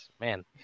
man